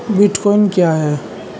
Bitcoin क्या है?